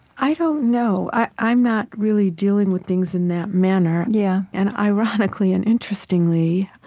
i don't know. i'm not really dealing with things in that manner. yeah and ironically and interestingly,